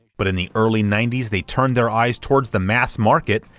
but in the early ninety s they turned their eyes towards the mass market,